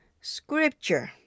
Scripture